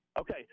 Okay